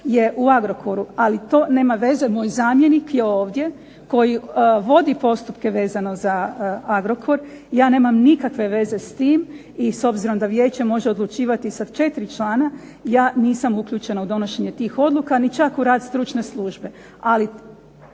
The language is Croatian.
je u Agrokoru, ali to nema veze, moj zamjenik je ovdje koji vodi postupke vezano za Agrokor, ja nemam nikakve s tim, i s obzirom da vijeće može odlučivati sa četiri člana, ja nisam uključena u donošenje tih odluka, ni čak u rad stručne službe.